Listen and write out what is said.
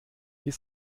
bis